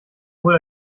wohl